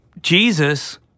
Jesus